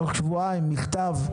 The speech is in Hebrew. תוך שבועיים מכתב?